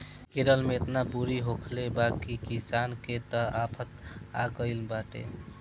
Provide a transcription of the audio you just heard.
केरल में एतना बुनी होखले बा की किसान के त आफत आगइल बाटे